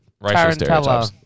Tarantella